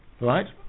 Right